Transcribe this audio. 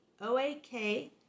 O-A-K